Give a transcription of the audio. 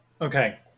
Okay